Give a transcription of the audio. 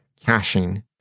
caching